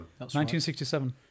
1967